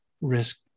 risk